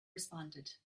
responded